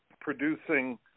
producing